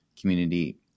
community